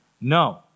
No